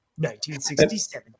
1967